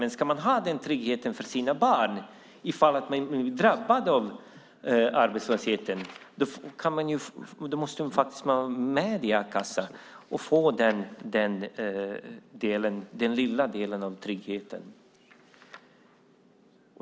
Men ska människor ha den tryggheten för sina barn ifall de blir drabbade av arbetslösheten måste de faktiskt vara med i a-kassan. Då får de den lilla delen av tryggheten.